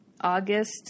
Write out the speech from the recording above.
August